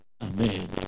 Amen